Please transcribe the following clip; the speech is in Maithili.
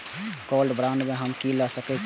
गोल्ड बांड में हम की ल सकै छियै?